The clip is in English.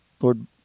Lord